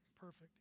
perfect